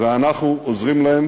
ואנחנו עוזרים להן